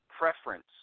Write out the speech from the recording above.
Preference